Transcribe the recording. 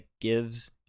gives